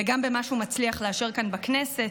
וגם במה שהוא מצליח לאשר כאן בכנסת.